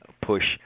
push